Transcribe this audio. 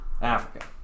Africa